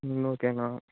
ம் ஓகேண்ணா